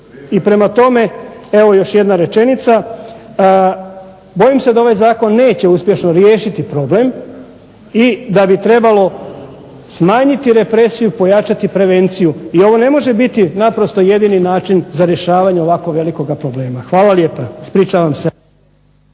i prema tome evo još jedna rečenica. Bojim se da ovaj zakon neće uspješno riješiti problem i da bi trebalo smanjiti represiju, pojačati prevenciju i ovo ne može biti naprosto jedini način za rješavanje ovako velikog problema. Hvala lijepa. Ispričavam se.